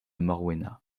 morwena